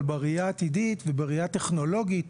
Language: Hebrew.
אבל בראייה עתידית ובראייה טכנולוגית